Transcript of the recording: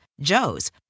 Joe's